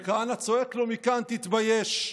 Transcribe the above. וכהנא צועק לו מכאן: "תתבייש".